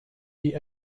die